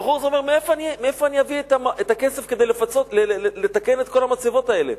הבחור הזה אומר: מאיפה אני אביא את הכסף כדי לתקן את כל המצבות האלה?